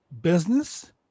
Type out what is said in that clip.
business